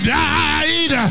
died